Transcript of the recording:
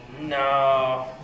No